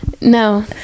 no